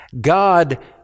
God